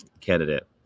candidate